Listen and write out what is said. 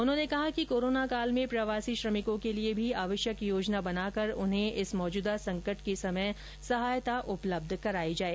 उन्होंने कहा कि कोरोनाकाल में प्रवासी श्रमिकों के लिए भी आवश्यक योजना बनाकर उन्हें इस मौजूदा संकट के समय सहायता उपलब्ध कराई जाए